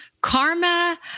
karma